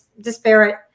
disparate